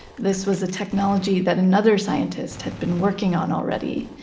this was a technology that another scientist had been working on already.